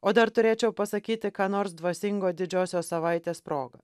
o dar turėčiau pasakyti ką nors dvasingo didžiosios savaitės proga